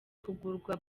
kugurwa